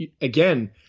again